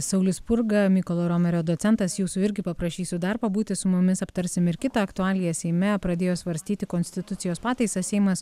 saulius spurga mykolo romerio docentas jūsų irgi paprašysiu dar pabūti su mumis aptarsim ir kitą aktualiją seime pradėjo svarstyti konstitucijos pataisą seimas